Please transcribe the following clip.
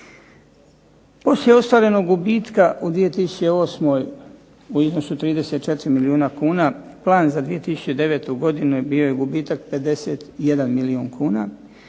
Poslije ostvarenog gubitka u 2008. u iznosu od 34 milijuna kuna, plan za 2009. godinu je bio gubitak 51 milijuna kuna,